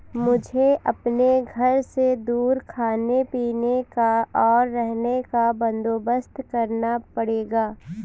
मुझे अपने घर से दूर खाने पीने का, और रहने का बंदोबस्त करना पड़ेगा